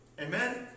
amen